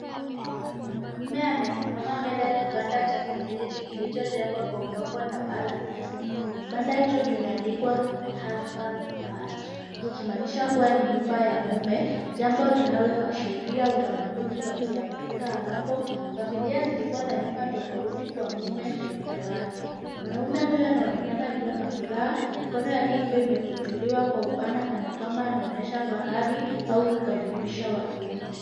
Mwanamme amesimama mbele ya kibanda cha kienyeji kilichojengwa kwa udongo na paa la nyasi. Kibanda hicho kimeandikwa husband's hut, kikimaanisha kuwa ni nyumba ya mume jambo linaloashiria utamaduni wa kiafrika ambapo familia zilikuwa na nyumba tofauti kwa mume na wake. Mwanaume huyo anaonekana akiwa na furaha, Mikono yake ikiwa imekunjuliwa kwa upana kana kwamba anaonyesha fahari au kukaribisha wageni.